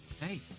Hey